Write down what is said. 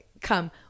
Come